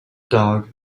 dog